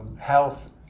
health